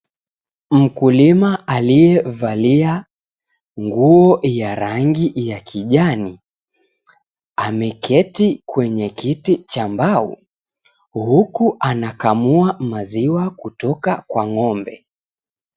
Mkulima aliyevalia nguo ya rangi ya kijani ameketi kwenye kiti cha mbao huku anakamua maziwa kutoka kwa ng'ombe.